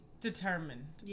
determined